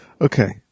Okay